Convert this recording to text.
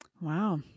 Wow